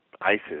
ISIS